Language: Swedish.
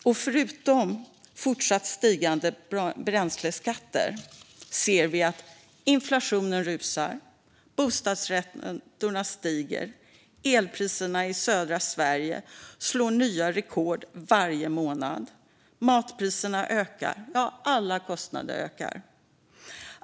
Och förutom fortsatt stigande bränsleskatter ser vi att inflationen rusar, bostadsräntorna stiger, elpriserna i södra Sverige slår nya rekord varje månad och matpriserna ökar - ja, alla kostnader ökar.